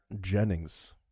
Jennings